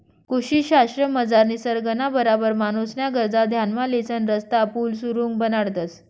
कृषी शास्त्रमझार निसर्गना बराबर माणूसन्या गरजा ध्यानमा लिसन रस्ता, पुल, सुरुंग बनाडतंस